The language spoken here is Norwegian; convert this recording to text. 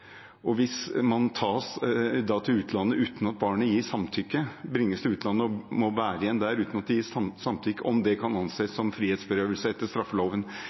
Hvis barnet tas til utlandet og må være igjen der uten at det gir samtykke, kan det anses som frihetsberøvelse etter straffeloven?